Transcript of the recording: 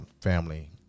family